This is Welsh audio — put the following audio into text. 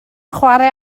chwarae